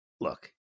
Look